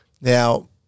Now